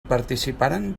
participaren